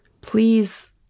Please